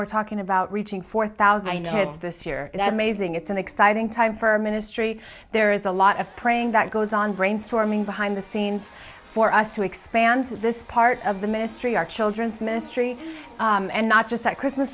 we're talking about reaching four thousand hits this year it amazing it's an exciting time for our ministry there is a lot of praying that goes on brainstorming behind the scenes for us to expand this part of the ministry our children's ministry and not just at christmas